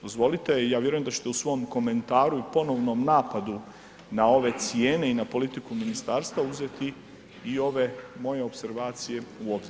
Dozvolite ja vjerujem da ćete u svom komentaru i ponovnom napadu na ove cijene i na politiku ministarstva uzeti i ove moje opservacije u obzir.